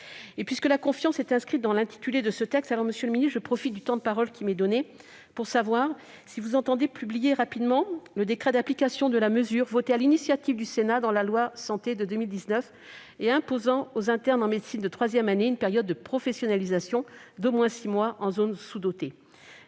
Et puisque la confiance figure dans l'intitulé de ce texte, monsieur le ministre, je profite du temps de parole qui m'est donné pour vous demander si vous entendez publier rapidement le décret d'application de la mesure votée sur l'initiative du Sénat dans la loi Santé de 2019, qui impose aux internes en médecine de troisième année une période de professionnalisation d'au moins six mois en zone sous-dotée.